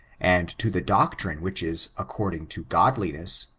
and to the doctrine which is according to godliness,